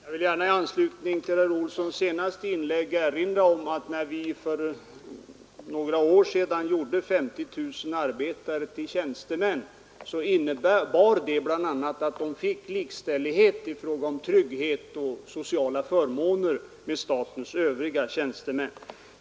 Herr talman! Jag vill i anslutning till herr Olssons i Stockholm senaste inlägg gärna erinra om att när vi för några år sedan gjorde 50 000 arbetare till tjänstemän innebar det bl.a. att de fick likställighet i fråga om trygghet och sociala förmåner med statens övriga tjänstemän.